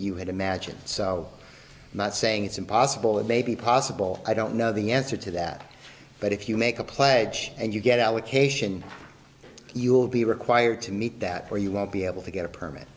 had imagined so i'm not saying it's impossible it may be possible i don't know the answer to that but if you make a pledge and you get allocation you'll be required to meet that or you won't be able to get a permit